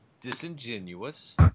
disingenuous